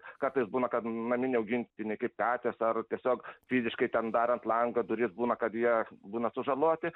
kartais būna kad naminiai augintiniai kaip katės ar tiesiog fiziškai ten darant langą duris būna kad jie būna sužaloti